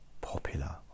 popular